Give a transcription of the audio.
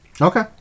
Okay